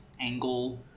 angle